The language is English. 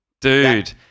Dude